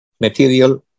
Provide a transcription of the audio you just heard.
material